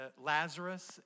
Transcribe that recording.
Lazarus